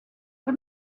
for